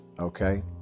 okay